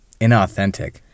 inauthentic